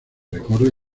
recorre